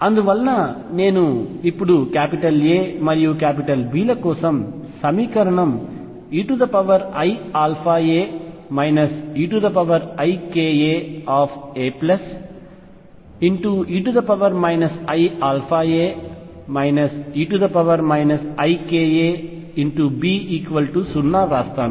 అందువలన నేను ఇప్పుడు A మరియు B ల కోసం సమీకరణం eiαa eikaA e iαa e ikaB0 వ్రాస్తాను